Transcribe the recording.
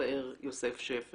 מתפאר שפר